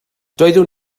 doeddwn